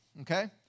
okay